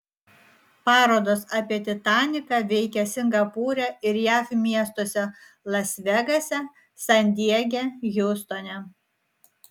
parodos apie titaniką veikia singapūre ir jav miestuose las vegase san diege hjustone